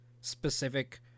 specific